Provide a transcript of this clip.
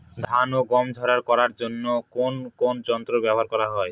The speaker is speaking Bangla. ধান ও গম ঝারাই করার জন্য কোন কোন যন্ত্র ব্যাবহার করা হয়?